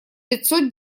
пятьсот